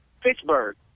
Pittsburgh